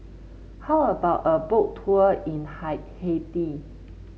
how about a Boat Tour in hi Haiti